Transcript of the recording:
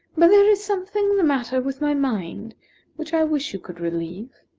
but there is something the matter with my mind which i wish you could relieve.